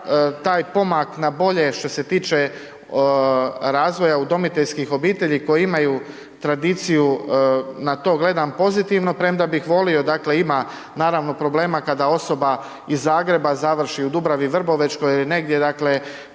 taj pomak na bolje što se tiče razvoja udomiteljskih obitelji koji imaju tradiciju, na to gledam pozitivno, premda bih volio, dakle, ima naravno problema kada osoba iz Zagreba završi u Dubravi Vrbovečkoji ili negdje, dakle,